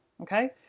Okay